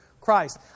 Christ